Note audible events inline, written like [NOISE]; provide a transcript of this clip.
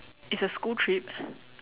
it's a school trip [BREATH]